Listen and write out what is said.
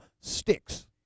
sticks